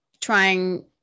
trying